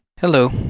Hello